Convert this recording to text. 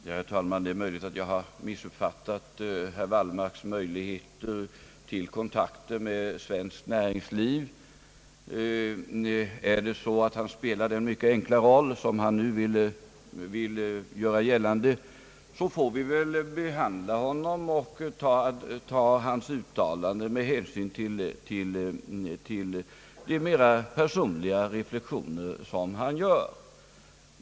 Herr talman! Det är tänkbart att jag missuppfattat herr Wallmarks möjligheter till kontakt med svenskt näringsliv. är det så att han spelar den mycket enkla roll som han nu vill göra gällande får vi väl uppfatta hans uttalanden som mera personliga reflexioner.